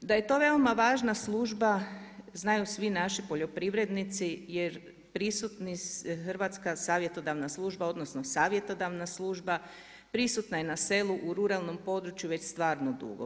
Da je to veoma važna služba znaju svi naši poljoprivrednici jer Hrvatska savjetodavna služba, odnosno savjetodavna služba, prisutna je na selu, u ruralnom području već stvarno dugo.